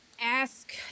ask